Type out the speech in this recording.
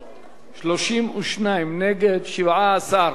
32 נגד, 17 בעד.